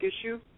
issue